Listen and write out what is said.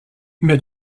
mais